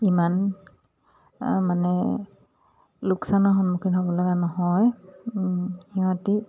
ইমান মানে লোকচানৰ সন্মুখীন হ'ব লগা নহয় সিহঁতি